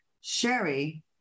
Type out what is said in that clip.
Sherry